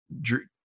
Drew